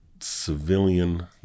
civilian